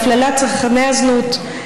להפללת צרכני הזנות.